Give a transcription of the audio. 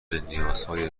نیازهای